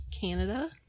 Canada